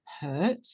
hurt